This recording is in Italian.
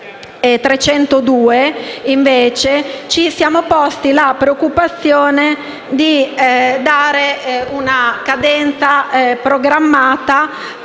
invece, ci siamo posti la preoccupazione di dare una cadenza programmata